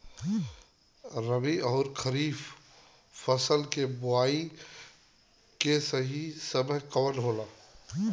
रबी अउर खरीफ के फसल के बोआई के सही समय कवन होला?